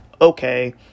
okay